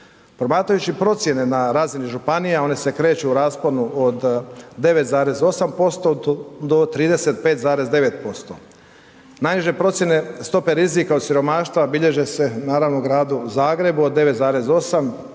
Promatrajući procjene na razini županija, one se kreću u rasponu od 9,8% do 35,9%. Najniže procjene stopa rizika od siromaštva bilježe se naravno u gradu Zagrebu od 9,8,